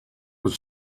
was